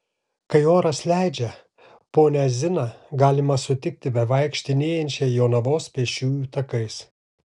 kai oras leidžia ponią ziną galima sutikti bevaikštinėjančią jonavos pėsčiųjų takais